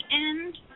end